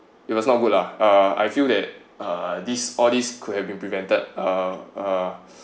it was not good lah uh I feel that uh this all this could have been prevented uh uh